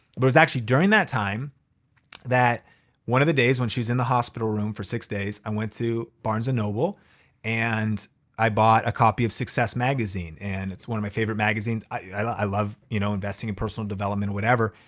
but it was actually during that time that one of the days when she's in the hospital room for six days, i went to barnes and noble and i bought a copy of success magazine and it's one of my favorite magazines. i love you know investing in personal development, whatever.